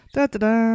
Da-da-da